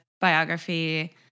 biography